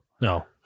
No